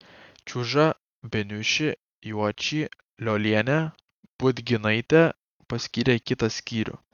čiužą beniušį juočį liolienę budginaitę paskyrė į kitą skyrių